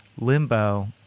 limbo